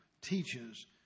teaches